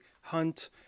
hunt